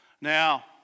Now